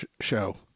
show